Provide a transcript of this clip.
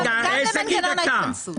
שגית, דקה.